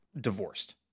divorced